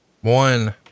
One